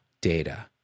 data